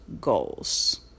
goals